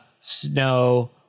snow